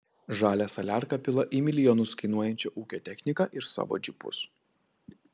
žalią saliarką pila į milijonus kainuojančią ūkio techniką ir savo džipus